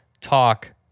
talk